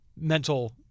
mental